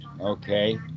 okay